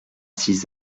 six